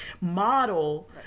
model